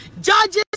Judges